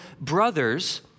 brothers